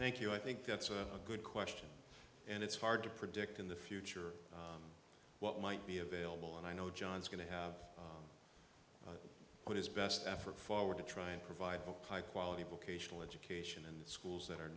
thank you i think that's a good question and it's hard to predict in the future what might be available and i know john's going to have his best effort forward to try and provide high quality procreational education in the schools that are